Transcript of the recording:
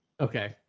okay